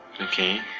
okay